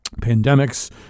pandemics